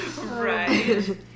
Right